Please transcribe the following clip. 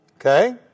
Okay